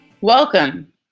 Welcome